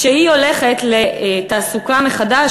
כשהיא הולכת לתעסוקה מחדש,